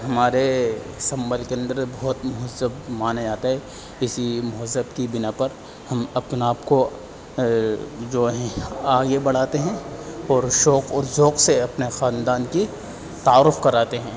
ہمارے سنبھل کے اندر بہت مہذب مانا جاتا ہے اسی مہذب کی بنا پر ہم اپنے آپ کو جو ہیں آگے بڑھاتے ہیں اور شوق اور ذوق سے اپنے خاندان کی تعارف کراتے ہیں